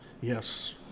Yes